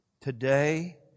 Today